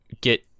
get